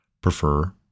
prefer